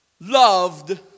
loved